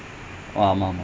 for men